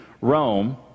Rome